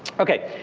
ok,